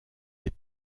des